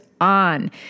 on